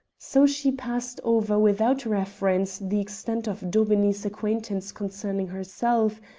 so she passed over without reference the extent of daubeney's acquaintance concerning herself,